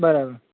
બરાબર